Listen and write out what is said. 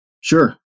Sure